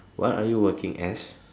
what are you working as